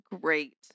great